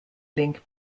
link